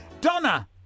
Donna